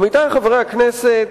עמיתי חברי הכנסת,